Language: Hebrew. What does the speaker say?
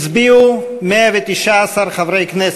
הצביעו, 119 חברי הכנסת,